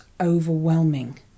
overwhelming